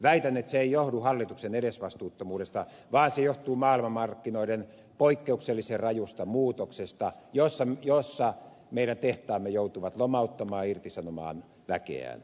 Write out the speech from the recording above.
väitän että se ei johdu hallituksen edesvastuuttomuudesta vaan se johtuu maailmanmarkkinoiden poikkeuksellisen rajusta muutoksesta jossa meidän tehtaamme joutuvat lomauttamaan irtisanomaan väkeään